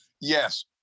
Yes